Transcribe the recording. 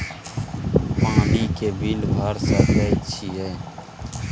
पानी के बिल भर सके छियै?